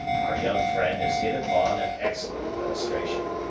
our young friend has hit upon an excellent illustration.